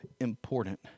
important